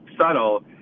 subtle